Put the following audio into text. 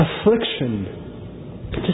affliction